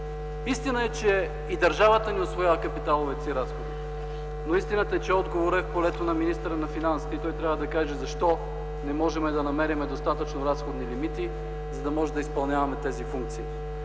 Истина е, че и държавата не усвоява капиталовите си разходи, но истината е, че отговорът е в полето на министъра на финансите и той трябва да каже защо не можем да намерим достатъчно разходни лимит, за да можем да изпълняваме тези функции.